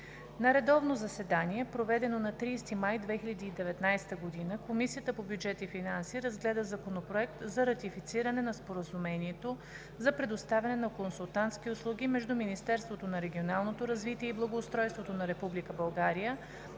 На редовно заседание, проведено на 30 май 2019 г., Комисията по бюджет и финанси разгледа Законопроект за ратифициране на Споразумението за предоставяне на консултантски услуги между Министерството на регионалното развитие и благоустройството на